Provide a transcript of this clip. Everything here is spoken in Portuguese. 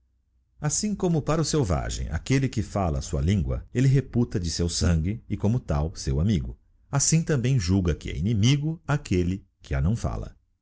assim como para o selvagem aquelle que falia a sua lingua elle reputa de seu sangue e como tal seu amigo assim também julga que é inimigo aquelle que a não falia